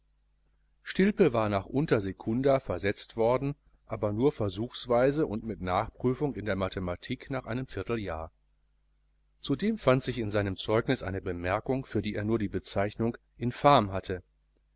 stilpe war nach untersecunda versetzt worden aber nur versuchsweise und mit nachprüfung in der mathematik nach einem vierteljahr zudem fand sich in seinem zeugnis eine bemerkung für die er nur die bezeichnung infam hatte